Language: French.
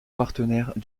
partenaires